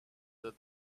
the